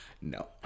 no